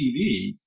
TV